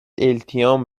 التیام